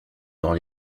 dans